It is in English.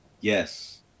Yes